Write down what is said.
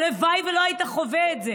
הלוואי שלא היית חווה את זה.